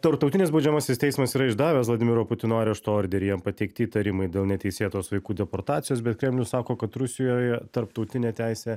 tarptautinis baudžiamasis teismas yra išdavęs vladimiro putino arešto orderį jam pateikti įtarimai dėl neteisėtos vaikų deportacijos bet kremlius sako kad rusijoje tarptautinė teisė